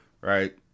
right